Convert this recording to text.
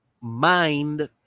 mind